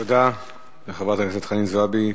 תודה לחברת הכנסת חנין זועבי.